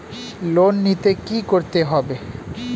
Loan নিতে কী করতে হবে?